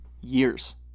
years